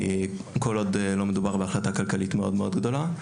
כל עוד לא מדובר בהחלטה כלכלית מאוד גדולה,